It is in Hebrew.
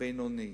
בינוני.